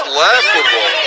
laughable